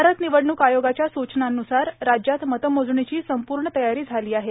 भारत र्निवडणूक आयोगाच्या सूचनांनुसार राज्यात मतमोजणीची संपूण तयारी झाला आहे